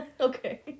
Okay